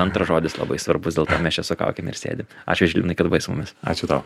antras žodis labai svarbus dėl to mes čia su kaukėm ir sėdim ačiū žilvinai kad buvai su mumis ačiū tau